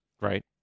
Right